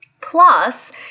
Plus